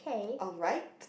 alright